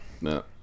No